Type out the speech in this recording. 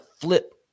flip